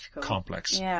complex